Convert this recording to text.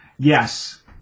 Yes